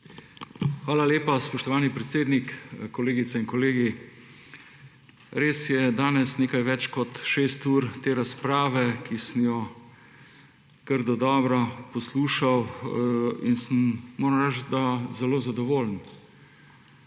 Hvala lepa. Spoštovani predsednik, kolegice in kolegi! Res je, danes nekaj več kot šest ur te razprave, ki sem jo kar dodobra poslušal, in moram reči, da sem zelo zadovoljen.